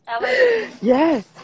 yes